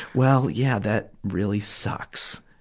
well, yeah, that really sucks.